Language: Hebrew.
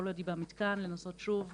כל עוד היא במתקן לנסות שוב,